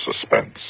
suspense